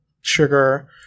sugar